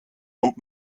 und